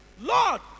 Lord